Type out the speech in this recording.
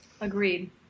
Agreed